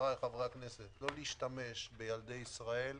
חבריי חברי הכנסת, לא להשתמש בילדי ישראל כמנוף.